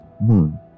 moon